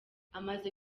amaze